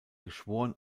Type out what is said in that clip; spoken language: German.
geschworen